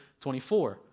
24